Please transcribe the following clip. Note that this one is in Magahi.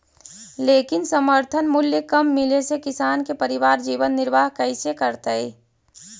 लेकिन समर्थन मूल्य कम मिले से किसान के परिवार जीवन निर्वाह कइसे करतइ?